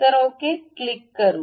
तर okay click करू